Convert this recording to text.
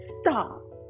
stop